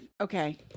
Okay